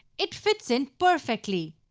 it fits in perfectly.